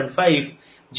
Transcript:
5 जे आहे 0